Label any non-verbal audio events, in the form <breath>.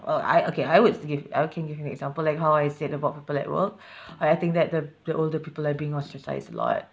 well I okay I was to give I can give you an example like how I said about people at work <breath> I I think that the the older people are being ostracised a lot